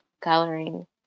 coloring